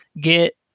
get